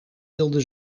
wilde